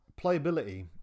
Playability